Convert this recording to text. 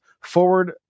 forward